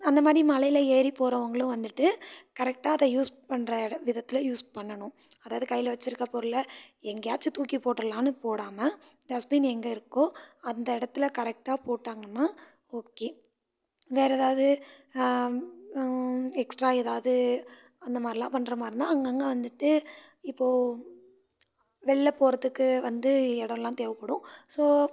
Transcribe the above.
அந்தமாதிரி மலையில ஏறி போகிறவங்களும் வந்துட்டு கரெக்டாக அதை யூஸ் பண்ணுற எட விதத்தில் யூஸ் பண்ணணும் அதாவது கையில வச்சிருக்க பொருளை எங்கேயாச்சும் தூக்கி போட்டுடலாம்னு போடாமல் டஸ்பின் எங்கே இருக்கோ அந்த இடத்துல கரெக்டாக போட்டாங்கன்னால் ஓகே வேற எதாவது எக்ஸ்ட்ரா எதாவது அந்தமாதிரிலாம் பண்றமாதிரினா அங்கங்கே வந்துட்டு இப்போது வெளில போகிறதுக்கு வந்து இடம்லாம் தேவைப்படும் ஸோ